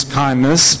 kindness